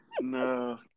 no